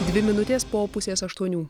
dvi minutės po pusės aštuonių